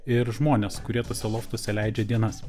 ir žmones kurie tuose loftuose leidžia dienas